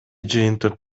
жыйынтык